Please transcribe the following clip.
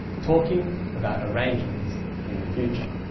talking about arrangements in the future.